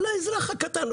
לאזרח הקטן.